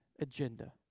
agenda